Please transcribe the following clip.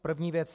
První věc.